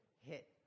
hit